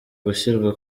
gushyirwa